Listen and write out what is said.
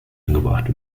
angebracht